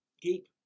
keep